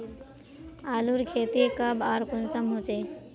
आलूर खेती कब आर कुंसम होचे?